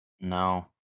No